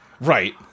Right